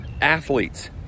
athletes